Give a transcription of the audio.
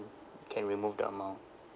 can remove the amount